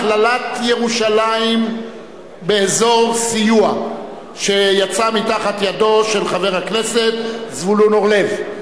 הכללת ירושלים באזור סיוע) שיצאה מתחת ידו של חבר הכנסת זבולון אורלב,